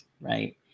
right